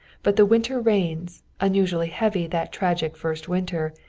but the winter rains, unusually heavy that tragic first winter,